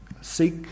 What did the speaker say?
seek